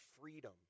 freedom